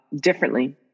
differently